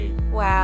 Wow